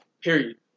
period